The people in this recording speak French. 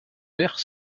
vert